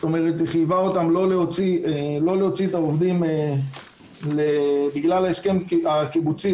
היא חייבה אותם לא להוציא את העובדים לחל"ת בגלל ההסכם הקיבוצי,